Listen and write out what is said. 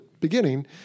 beginning